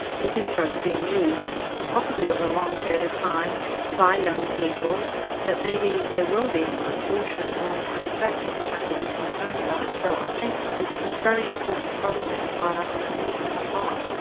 with these drugs being used possibly over a long period of time by young people that maybe there will be unfortunate long term effects that we have to be concerned about. so i think it's a very important problem that you've brought up and it needs more thought.